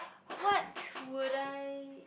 what would I